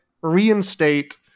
reinstate